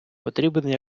потрібен